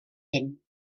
vent